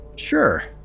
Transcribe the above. Sure